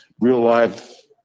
real-life